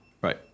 Right